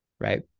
Right